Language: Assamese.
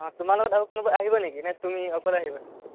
অঁ তোমাৰ লগত আৰু কোনোবা আহিব নেকি নে তুমি অকলে আহিবা